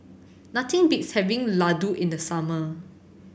nothing beats having Laddu in the summer